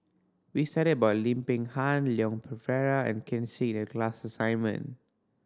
we studied about Lim Peng Han Leon Perera and Ken Seet in the class assignment